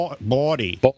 body